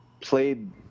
played